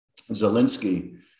Zelensky